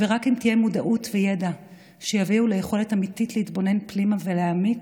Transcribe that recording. ורק אם יהיו מודעות וידע שיביאו ליכולת אמיתית להתבונן פנימה ולהעמיק,